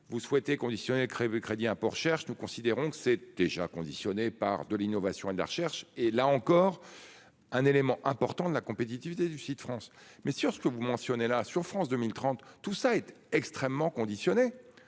Vous souhaitez. Crédit impôt-recherche. Nous considérons que c'est déjà conditionné par de l'innovation et de la recherche et là encore. Un élément important de la compétitivité du site France. Mais sur ce que vous mentionnez là sur France 2030. Tout ça est extrêmement conditionné